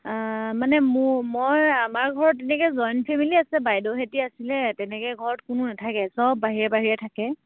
মানে মোৰ মই আমাৰ ঘৰত তেনেকে জইণ্ট ফেমিলি আছে বাইদেউহেঁতি আছিলে তেনেকে ঘৰত কোনো নেথাকে চব বাহিৰে বাহিৰে থাকে